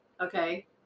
okay